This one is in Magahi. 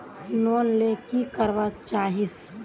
लोन ले की करवा चाहीस?